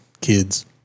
kids